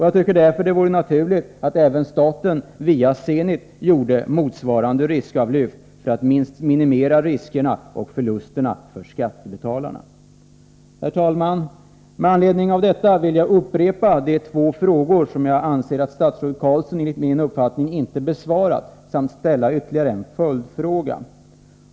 Jag tycker därför att det vore naturligt att även staten via Zenit gjorde motsvarande riskavlyft för att minimera riskerna och förlusterna för skattebetalarna. Herr talman! Jag vill upprepa de två frågor som statsrådet Carlsson enligt min uppfattning ännu inte har besvarat samt ställa ytterligare en följdfråga: 1.